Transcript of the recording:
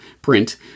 Print